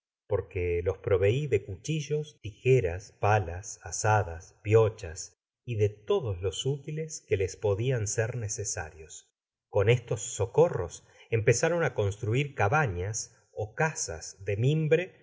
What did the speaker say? porque los provei de cuchillos tijeras palas azadas piochas y de todos los útiles que les podian ser necesarios con estos socorros empezaron á construir cabanas ó casas de mimbre